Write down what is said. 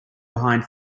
behind